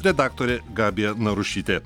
redaktorė gabija narušytė